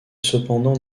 cependant